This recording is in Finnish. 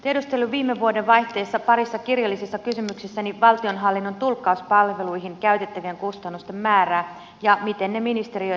tiedustelin viime vuodenvaihteessa parissa kirjallisessa kysymyksessäni valtionhallinnon tulkkauspalveluihin käytettävien kustannusten määrää ja sitä miten ne ministeriöittäin jakautuvat